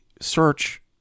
search